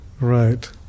Right